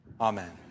amen